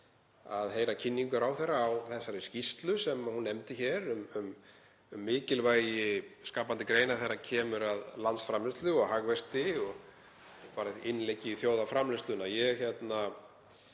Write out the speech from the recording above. að heyra kynningu ráðherra á þessari skýrslu sem hún nefndi um mikilvægi skapandi greina þegar kemur að landsframleiðslu og hagvexti og sem innlegg í þjóðarframleiðsluna. Ég fagna